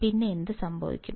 പിന്നെ എന്ത് സംഭവിക്കും